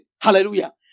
Hallelujah